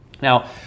Now